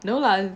no lah